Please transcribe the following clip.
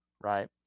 right